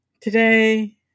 Today